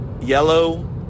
yellow